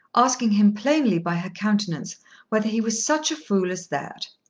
asking him plainly by her countenance whether he was such a fool as that?